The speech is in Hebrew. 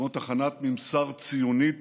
כמו תחנת ממסר ציונית